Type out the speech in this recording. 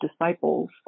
disciples